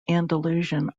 andalusian